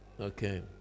Okay